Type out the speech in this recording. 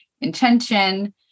intention